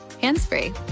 hands-free